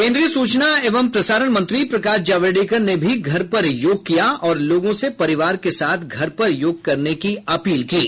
केन्द्रीय सूचना एवं प्रसारण मंत्री प्रकाश जावड़ेकर ने भी घर पर योग किया और लोगों से परिवार के साथ घर पर योग करने का अपील की है